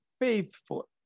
faithful